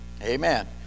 Amen